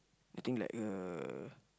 I think like uh